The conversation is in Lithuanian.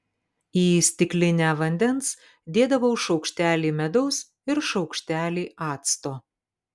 į stiklinę vandens dėdavau šaukštelį medaus ir šaukštelį acto